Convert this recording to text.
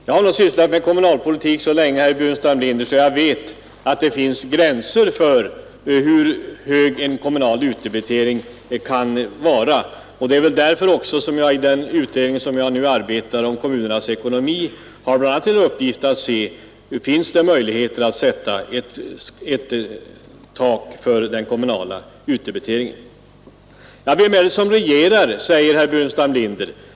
Jag har vidare sysslat så länge med kommunalpolitik att jag vet att det finns gränser för hur hög en kommunal utdebitering kan vara. Det är därför som den utredning om kommunernas ekonomi som nu pågår bl.a. har fått till uppgift att undersöka om det finns möjligheter att sätta ett tak för den kommunala utdebiteringen. Det är väl inte oppositionen som regerar, säger herr Burenstam Linder.